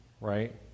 right